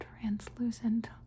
translucent